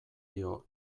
dio